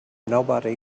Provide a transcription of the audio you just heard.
nobody